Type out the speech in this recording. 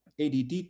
ADD